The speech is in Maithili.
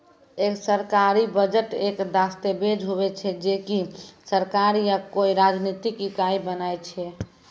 एक सरकारी बजट एक दस्ताबेज हुवै छै जे की सरकार या कोय राजनितिक इकाई बनाय छै